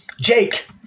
Jake